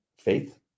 faith